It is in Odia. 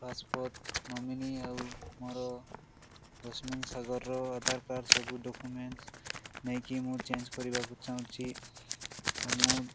ପାସ୍ପୋର୍ଟ ନୋମିନୀ ଆଉ ମୋର ଜସ୍ମିନ୍ ସାଗରର ଆଧାର କାର୍ଡ଼ ସବୁ ଡ଼କୁୁମେଣ୍ଟ ନେଇକି ମୁଁ ଚେଞ୍ଜ୍ କରିବାକୁ ଚାହୁଁଛି ଆଉ ମୁଁ